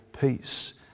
peace